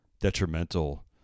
detrimental